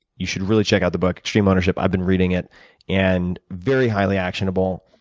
you should really check out the book, extreme ownership. i've been reading it and very highly actionable,